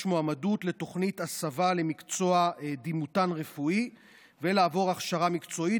מועמדות לתוכנית הסבה למקצוע דימותן רפואי ולעבור הכשרה מקצועית